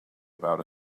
about